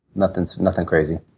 nothing nothing crazy.